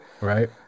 Right